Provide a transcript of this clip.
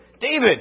David